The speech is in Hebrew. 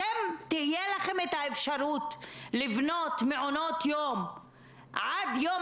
תהיה לכם האפשרות לבנות מעונות יום עד יום